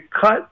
cut